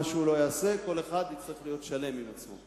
מה שהוא לא יעשה, כל אחד יצטרך להיות שלם עם עצמו.